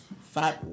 Five